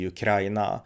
Ukraina